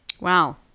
Wow